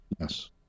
Yes